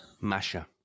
Masha